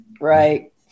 Right